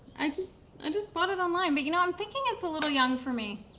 i just and just bought it online, but you know, i'm thinking it's a little young for me.